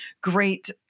great